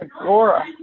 Agora